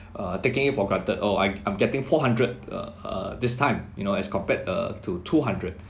uh taking it for granted oh I I'm getting four hundred uh uh this time you know as compared uh to two hundred